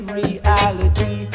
reality